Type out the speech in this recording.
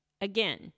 Again